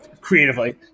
creatively